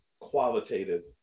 qualitative